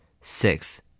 Six